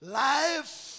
life